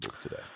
today